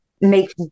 make